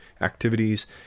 activities